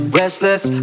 restless